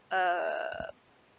err